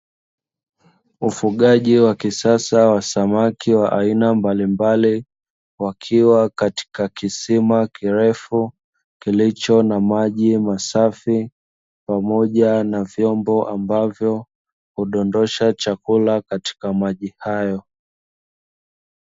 Ufugaji wa kisasa wa samaki wa aina mbalimbali, wakiwa katika kisima kirefu, kilicho na maji masafi pamoja na vyombo ambavyo hudondosha chakula katika maji hayo.